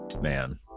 Man